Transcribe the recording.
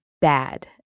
bad